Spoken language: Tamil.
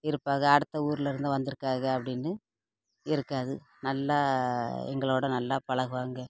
இருப்பாக அடுத்த ஊர்லேருந்து வந்துருக்காக அப்படின்னு இருக்காது நல்லா எங்களோடய நல்லா பழகுவாங்க